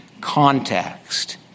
context